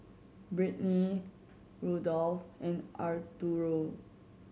Britany Rudolf and Arturo